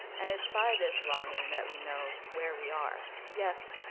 and it's by this longing and that we know where we are. yes,